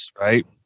Right